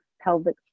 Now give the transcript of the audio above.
pelvic